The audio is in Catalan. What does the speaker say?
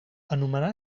anomenar